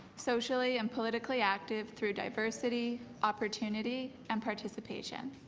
socially and politically active through diversity, opportunity and participation.